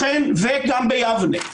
חקרתי גם ביבנה.